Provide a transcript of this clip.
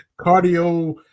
cardio